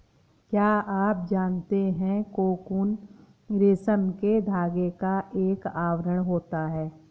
क्या आप जानते है कोकून रेशम के धागे का एक आवरण होता है?